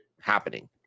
happening